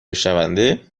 شونده